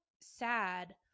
sad